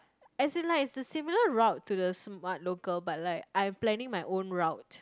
as in like it's a similar route to The-Smart-Local but like I'm planning my own route